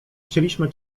chcieliśmy